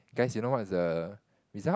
guys you know what is the result